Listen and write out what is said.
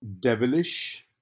devilish